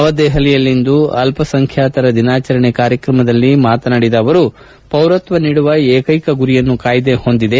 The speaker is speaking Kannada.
ನವದೆಪಲಿಯಲ್ಲಿಂದು ಅಲ್ಲಸಂಖ್ಠಾತರ ದಿನಾಚರಣೆ ಕಾರ್ಯಕ್ರಮದಲ್ಲಿ ಪಾಲ್ಗೊಂಡು ಮಾತನಾಡಿದ ಅವರು ಪೌರತ್ವ ನೀಡುವ ಏಕೈಕ ಗುರಿಯನ್ನು ಕಾಯ್ದೆ ಹೊಂದಿದೆ